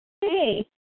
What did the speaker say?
Hey